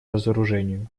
разоружению